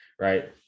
right